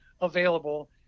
available